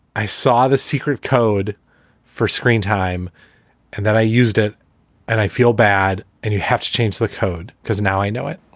i saw the secret code for screentime and then i used it and i feel bad. and you have to change the code because now i know it